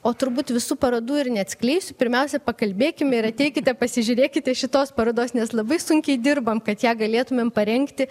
o turbūt visų parodų ir neatskleisiu pirmiausia pakalbėkim ir ateikite pasižiūrėkite šitos parodos nes labai sunkiai dirbam kad ją galėtumėm parengti